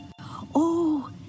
Oh